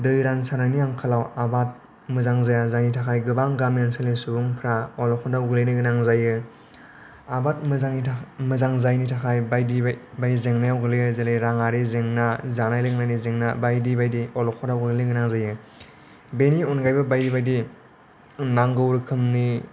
दै रानसारनायनि आंखालाव आबाद मोजां जाया जायनि थाखाय गोबां गामि ओनसोलनि सुबुंफ्रा अलखदाव गोलैनो गोनां जायो आबाद मोजांनि थाखाय मोजां जायिनि थाखाय गोबां बायदि बायदि जेंनायाव गोलैयो जेरै राङारि जेंना जानाय लोंनायनि जेंना बायदि बायदि अलखदाव गोलैनो गोनां जायो बेनि अनगायैबो बायदि बायदि नांगौ रोखोमनि